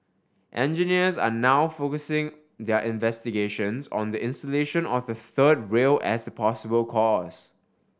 engineers are now focusing their investigations on the insulation of the third rail as the possible cause